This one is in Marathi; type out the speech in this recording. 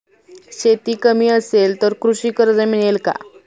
शेती कमी असेल तर कृषी कर्ज मिळेल का?